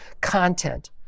content